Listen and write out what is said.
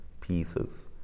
pieces